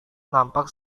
nampak